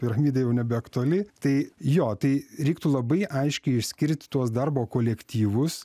piramidė jau nebeaktuali tai jo tai reiktų labai aiškiai išskirti tuos darbo kolektyvus